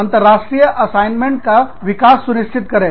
अंतरराष्ट्रीय असाइनमेंट का विकास सुनिश्चित करें